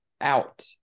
out